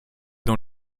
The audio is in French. dans